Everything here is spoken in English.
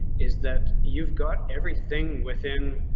is that you've got everything within.